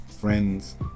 friends